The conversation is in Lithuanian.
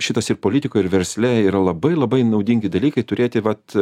šitas ir politikoj ir versle yra labai labai naudingi dalykai turėti vat